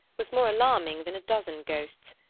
was more alarming than a dozen ghosts,